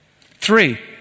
Three